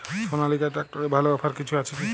সনালিকা ট্রাক্টরে ভালো অফার কিছু আছে কি?